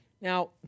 Now